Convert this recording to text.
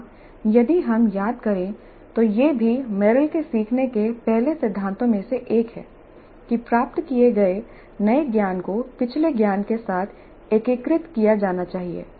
यहाँ यदि हम याद करें तो यह भी मेरिल के सीखने के पहले सिद्धांतों में से एक है कि प्राप्त किए गए नए ज्ञान को पिछले ज्ञान के साथ एकीकृत किया जाना चाहिए